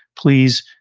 please,